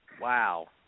Wow